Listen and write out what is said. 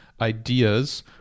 ideas